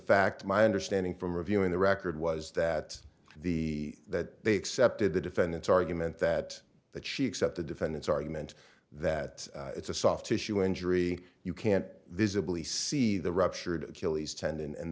fact my understanding from reviewing the record was that the that they accepted the defendant's argument that that she accept the defendant's argument that it's a soft tissue injury you can't visibly see the ruptured killie's tendon and